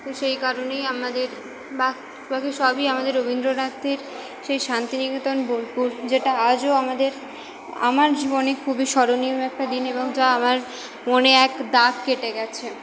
তো সেই কারণেই আমাদের বা বাকি সবই আমাদের রবীন্দ্রনাথের সেই শান্তিনিকেতন বোলপুর যেটা আজও আমাদের আমার জীবনে খুবই স্মরণীয় একটা দিন এবং যা আমার মনে এক দাগ কেটে গেছে